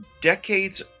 decades